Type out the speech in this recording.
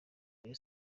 rayon